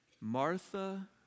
Martha